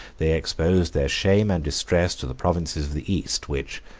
they exposed their shame and distress to the provinces of the east, which,